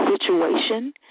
situation